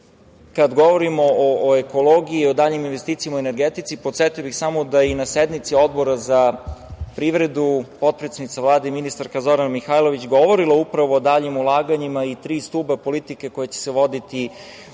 kada govorimo o ekologiji i o daljim investicijama u energetici, podsetio bih samo da i na sednici Odbora za privredu potpredsednica Vlade i ministarka Zorana Mihajlović govorila upravo o daljim ulaganjima i tri stuba politike koji će se voditi u